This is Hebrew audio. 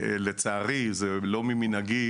שבדיה, סלובניה, הונגריה.